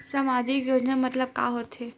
सामजिक योजना मतलब का होथे?